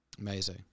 amazing